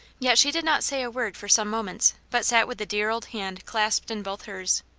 yet she did not say a word for some moments, but sat with the dear old hand clasped in both hers.